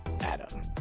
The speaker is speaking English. Adam